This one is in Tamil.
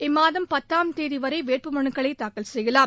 இம்மாதம் பத்தாம் தேதி வரை வேட்புமனுக்களை தாக்கல் செய்யலாம்